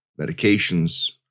medications